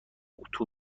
اتو